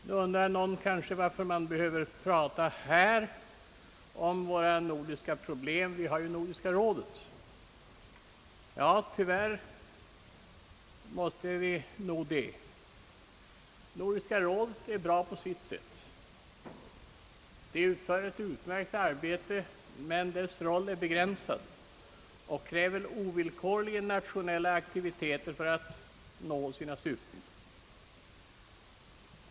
Nu undrar kanske någon varför man behöver prata här om våra nordiska problem — vi har ju Nordiska rådet. Tyvärr måste vi nog ändå göra det. Nordiska rådet är bra på sitt sätt och sör ett utmärkt arbete, men dess roll är begränsad och nationella aktiviteter krävs ovillkorligen för att det skall nå sina syften.